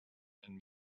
and